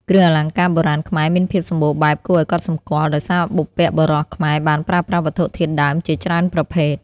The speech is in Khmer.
គ្រឿងអលង្ការបុរាណខ្មែរមានភាពសម្បូរបែបគួរឱ្យកត់សម្គាល់ ដោយសារបុព្វបុរសខ្មែរបានប្រើប្រាស់វត្ថុធាតុដើមជាច្រើនប្រភេទ។